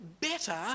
better